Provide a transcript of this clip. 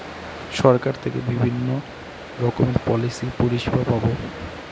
সরকার থেকে বিভিন্ন রকমের পলিসি পরিষেবা পাবো